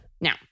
Now